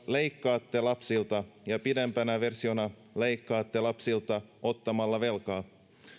leikkaatte lapsilta ja pidempänä versiona leikkaatte lapsilta ottamalla velkaa